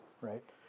Right